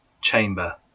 chamber